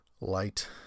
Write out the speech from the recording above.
Light